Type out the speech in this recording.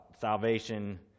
salvation